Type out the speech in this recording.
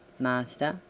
master,